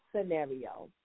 scenario